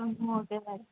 okay madam